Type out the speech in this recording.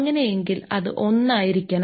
അങ്ങനെ എങ്കിൽ അത് 1 ആയിരിക്കണം